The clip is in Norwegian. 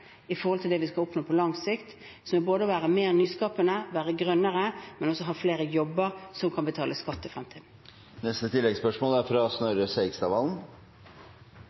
i forhold til det vi skal oppnå på lang sikt, som er å være mer nyskapende og grønnere, men også å ha flere jobber, som kan betale skatt i fremtiden. Snorre Serigstad Valen